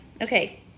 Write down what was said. Okay